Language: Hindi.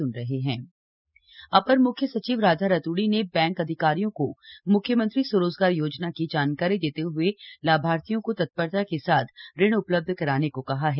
अपर मुख्य संचिव अपर म्ख्य सचिव राधा रतूड़ी ने बैंक अधिकारियों को म्ख्यमंत्री स्वरोजगार योजना की जानकारी देते हुए लाभार्थियों को तत्परता के साथ ऋण उपलब्ध कराने को कहा है